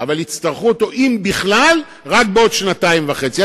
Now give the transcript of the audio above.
אבל יצטרכו אותו, אם בכלל, רק בעוד שנתיים וחצי.